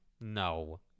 No